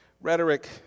Rhetoric